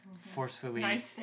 forcefully